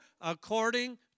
according